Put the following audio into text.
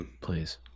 Please